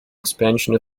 expansion